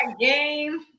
game